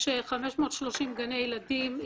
יש 530 גני ילדים,